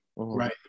right